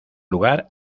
lugar